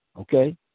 okay